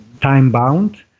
time-bound